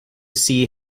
see